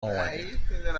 اومدیم